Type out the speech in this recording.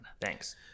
Thanks